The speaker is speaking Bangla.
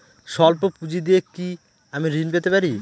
সল্প পুঁজি দিয়ে কি আমি ঋণ পেতে পারি?